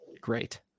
great